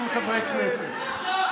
חברת הכנסת היבה יזבק ועוד,